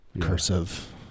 cursive